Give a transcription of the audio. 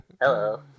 hello